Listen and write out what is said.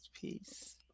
peace